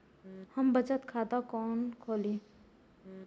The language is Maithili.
हम बचत खाता कोन खोली?